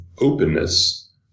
openness